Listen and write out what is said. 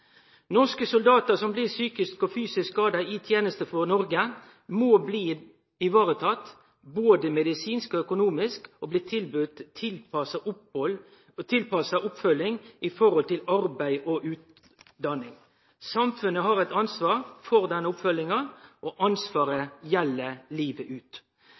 Norske soldatar som blir psykisk og fysisk skadde i teneste for Noreg, må bli tatt vare på både medisinsk og økonomisk og bli tilbydt tilpassa oppfølging med tanke på arbeid og utdanning. Samfunnet har eit ansvar for den oppfølginga, og ansvaret gjeld livet ut.